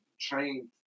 trained